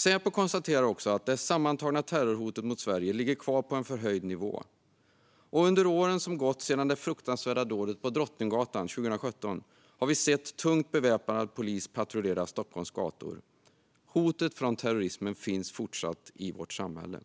Säpo konstaterar också att det sammantagna terrorhotet mot Sverige ligger kvar på en förhöjd nivå. Under åren som gått sedan det fruktansvärda dådet 2017 på Drottninggatan har vi sett tungt beväpnad polis patrullera Stockholms gator. Hotet från terrorismen finns fortsatt i vårt samhälle.